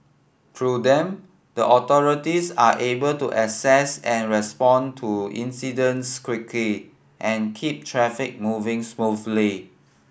through them the authorities are able to assess and respond to incidents quickly and keep traffic moving smoothly